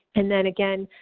and then, again,